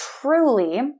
truly